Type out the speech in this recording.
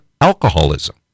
Alcoholism